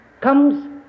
comes